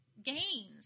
Gains